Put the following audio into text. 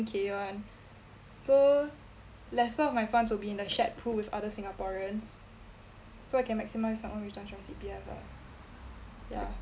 K [one] so lesser of my funds will be in a shared pool with other singaporeans so I can maximise recharge our C_P_F lah ya